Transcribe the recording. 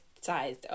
size